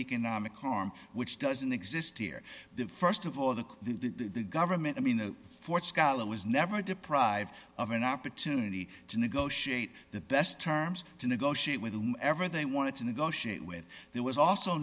economic harm which doesn't exist here the st of all the the government i mean for scholar was never deprived of an opportunity to negotiate the best terms to negotiate with whom ever they wanted to negotiate with there was also